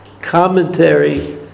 commentary